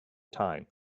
time